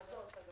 זו אמירה נכונה.